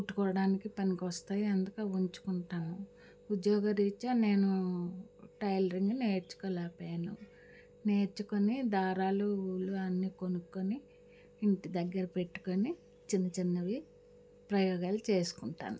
కుట్టుకోడానికి పనికొస్తాయి అందుకే అవి ఉంచుకుంటాను ఉద్యోగ రీత్యా నేను టైలరింగ్ నేర్చుకోలేకపోయాను నేర్చుకొని దారాలు ఉలు అన్ని కొనుక్కొని ఇంటి దగ్గర పెట్టుకొని చిన్న చిన్నవి ప్రయోగాలు చేసుకుంటాను